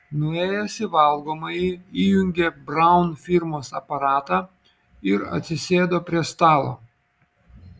nuėjęs į valgomąjį įjungė braun firmos aparatą ir atsisėdo prie stalo